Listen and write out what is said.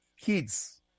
Kids